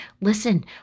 listen